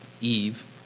Eve